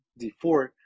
d4